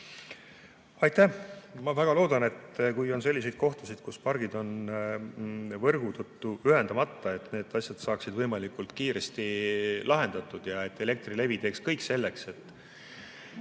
Aitäh! Ma väga loodan, et kui on selliseid kohtasid, kus pargid on võrgu tõttu ühendamata, et need asjad saavad võimalikult kiiresti lahendatud ja et Elektrilevi teeb kõik selleks, et